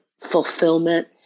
fulfillment